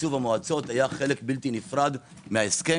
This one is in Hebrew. תקצוב המועצות היה חלק בלתי נפרד מההסכם.